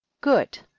Good